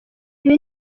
ibi